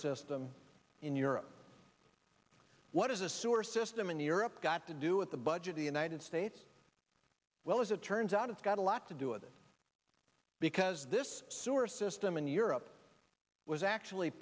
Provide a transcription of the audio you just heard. system in europe what is a sewer system in europe got to do with the budget the united states well as it turns out it's got a lot to do with it because this sewer system in europe was actually